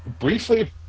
Briefly